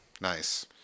Nice